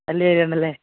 നല്ല ഏരിയ ആണല്ലേ